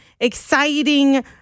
exciting